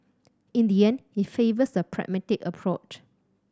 in the end he favours the pragmatic approach